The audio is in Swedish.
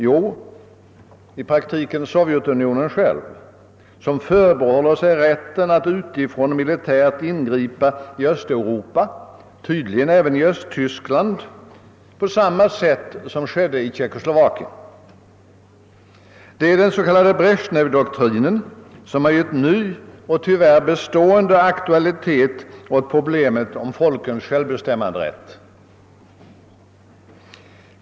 Jo, i praktiken Sovjetunionen själv, som förbehåller sig rätten att utifrån militärt ingripa i Östeuropa — tydligen även i Östtyskland — på samma sätt som skedde i Tjeckoslovakien. Det är den s.k. Brezjnevdoktrinen som har gett ny och tyvärr bestående aktualitet åt problemet om folkens självbestämmanderätt.